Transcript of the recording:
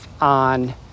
on